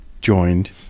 joined